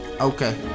Okay